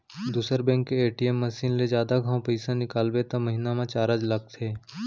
दूसर बेंक के ATM machine ले जादा घांव पइसा निकालबे त महिना म चारज लगथे